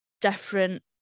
different